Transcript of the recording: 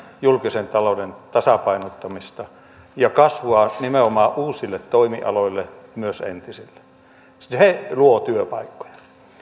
julkisen talouden tasapainottamista ja kasvua nimenomaan uusille toimialoille myös entisille se luo työpaikkoja